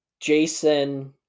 Jason